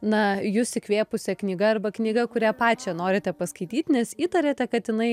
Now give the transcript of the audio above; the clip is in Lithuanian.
na jus įkvėpusia knyga arba knyga kurią pačią norite paskaityt nes įtariate kad jinai